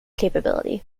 capability